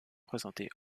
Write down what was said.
présenter